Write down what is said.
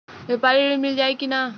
व्यापारी ऋण मिल जाई कि ना?